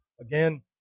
again